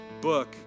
book